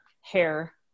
hair